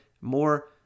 more